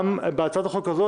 בהצעת החוק הזאת